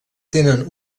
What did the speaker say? tenen